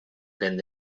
vent